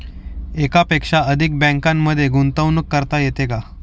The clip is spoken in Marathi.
एकापेक्षा अधिक बँकांमध्ये गुंतवणूक करता येते का?